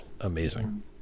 amazing